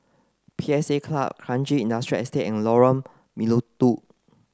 P S A Club Kranji Industrial Estate and Lorong Melukut